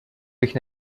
bych